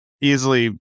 easily